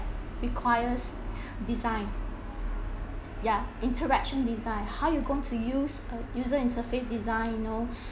requires design yeah interaction design how you going to use a user interface design you know